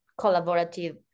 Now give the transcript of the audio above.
collaborative